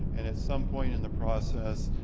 and at some point in the process,